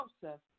Joseph